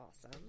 awesome